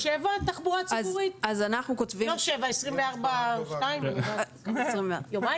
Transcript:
יש תחבורה ציבורית 24/7 לא 7, 24/2 יומיים?